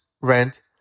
rent